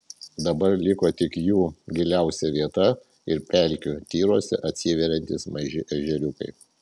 dabar liko tik jų giliausia vieta ir pelkių tyruose atsiveriantys maži ežeriukai